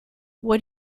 what